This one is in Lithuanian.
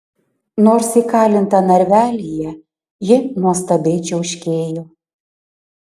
nors įkalinta narvelyje ji nuostabiai čiauškėjo